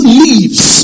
leaves